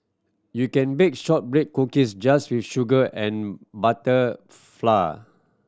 you can bake shortbread cookies just with sugar and butter flour